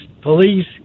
police